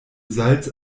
salz